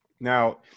Now